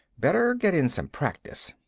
better get in some practice.